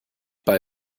bei